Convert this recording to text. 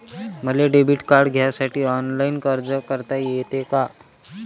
मले debit card घ्यासाठी online अर्ज करता येते का?